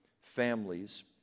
families